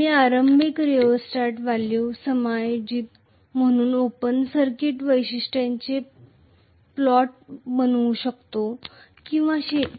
मी आरंभिक rheostat value समायोजित करुन ओपन सर्किट वैशिष्ट्यांचा प्लॉट बनवू शकतो किंवा फील्ड